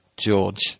George